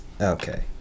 okay